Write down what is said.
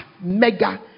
mega